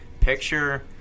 picture